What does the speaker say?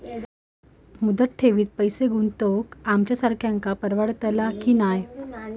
मुदत ठेवीत पैसे गुंतवक आमच्यासारख्यांका परवडतला की नाय?